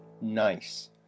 Nice